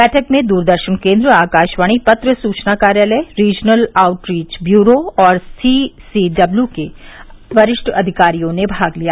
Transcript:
बैठक में दूरदर्शन केन्द्र आकाशवाणी पत्र सूचना कार्यालय रीजनल आउटरीच ब्यूरो और सीसीड़ब्यू के वरिष्ठ अधिकारियों ने भाग लिया